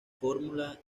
fórmula